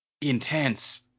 intense